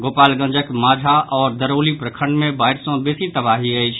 गोपालगंजक मांझा आओर दरौली प्रखंड मे बाढ़ सॅ बेसी तबाही अछि